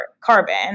carbon